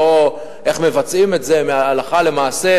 לא איך מבצעים את זה הלכה למעשה.